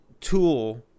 tool